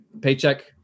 paycheck